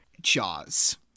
Jaws